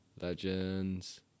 Legends